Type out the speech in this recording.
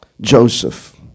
Joseph